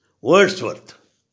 Wordsworth